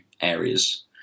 areas